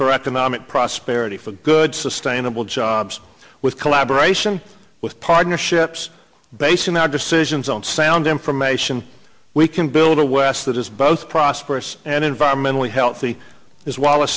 for economic prosperity for good sustainable jobs with collaboration with partnerships basing our decisions on sound information we can build a west that is both prosperous and environmentally healthy is w